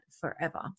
forever